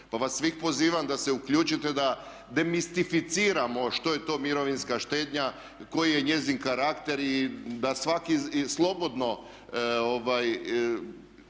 Pa vas svih pozivam da se uključite da demistificiramo što je to mirovinska štednja, koji je njezin karakter i da svak slobodno